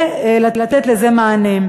ולתת לזה מענה.